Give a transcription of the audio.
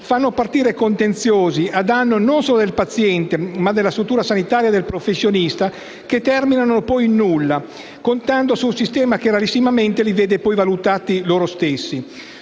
fanno partire contenziosi a danno non solo del paziente, ma della struttura sanitaria e del professionista, che terminano poi in nulla, contando su un sistema che rarissimamente li vede poi valutati. Forse